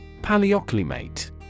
paleoclimate